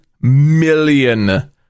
million